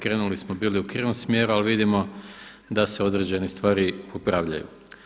Krenuli smo bili u krivom smjeru ali vidimo da se određene stvari popravljaju.